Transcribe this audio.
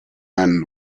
man